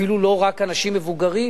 אפילו לא רק אנשים מבוגרים,